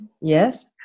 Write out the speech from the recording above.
Yes